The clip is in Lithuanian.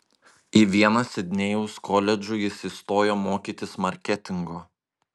į vieną sidnėjaus koledžų jis įstojo mokytis marketingo